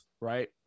right